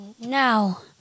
now